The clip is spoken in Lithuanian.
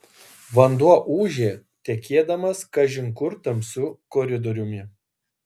vanduo ūžė tekėdamas kažin kur tamsiu koridoriumi